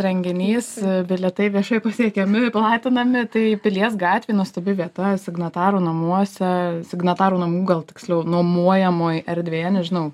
renginys bilietai viešai pasiekiami platinami tai pilies gatvėj nuostabi vieta signatarų namuose signatarų namų gal tiksliau nuomojamoj erdvėje nežinau